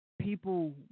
people